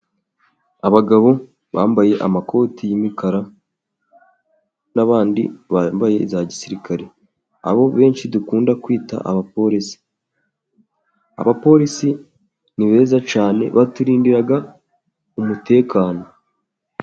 Abagabo bambaye amakoti y'imikara n'abandi bambaye iza gisirikare abo benshi dukunda kwita aba porisi. Aba porisi ni beza cyane baturindira umutekano.